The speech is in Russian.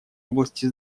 области